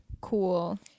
cool